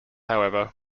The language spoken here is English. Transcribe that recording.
however